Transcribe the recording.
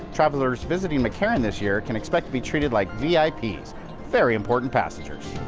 travelers visiting mccarran this year can expect to be treated like vips, very important passengers.